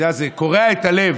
אתה יודע, זה קורע את הלב,